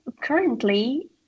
currently